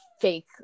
fake